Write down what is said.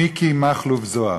מיקי מכלוף זוהר.